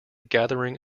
gathering